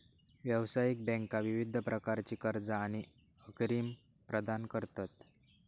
व्यावसायिक बँका विविध प्रकारची कर्जा आणि अग्रिम प्रदान करतत